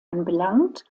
anbelangt